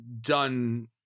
Done